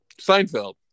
Seinfeld